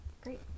Great